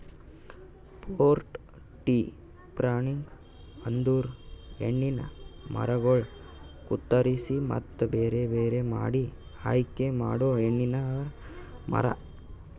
fruit tree pruning ಅಂದುರ್ ಹಣ್ಣಿನ ಮರಗೊಳ್ ಕತ್ತುರಸಿ ಮತ್ತ ಬೇರೆ ಬೇರೆ ಮಾಡಿ ಆಯಿಕೆ ಮಾಡೊ ಹಣ್ಣಿನ ಮರ